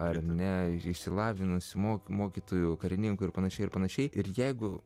ar ne išsilavinusių smok mokytojų karininkų ir panašiai ir panašiai ir jeigu